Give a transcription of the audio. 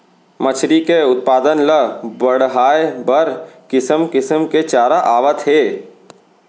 मछरी के उत्पादन ल बड़हाए बर किसम किसम के चारा आवत हे